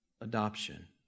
adoption